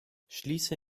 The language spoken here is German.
schließe